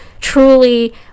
truly